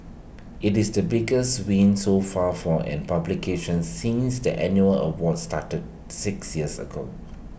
IT is the biggest win so far for an publication since the annual awards started six years ago